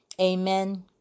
Amen